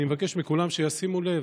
אני מבקש מכולם שישימו לב,